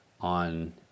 on